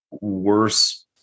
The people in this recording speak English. worse